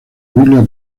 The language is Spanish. biblia